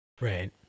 Right